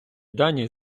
дані